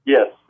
Yes